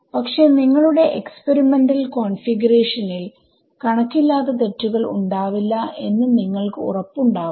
പക്ഷെ നിങ്ങളുടെ experimental കോൺഫിഗറേഷനിൽ കണക്കില്ലാത്ത തെറ്റുകൾ ഉണ്ടാവില്ല എന്ന് നിങ്ങൾക്ക് ഉറപ്പ് ഉണ്ടാവണം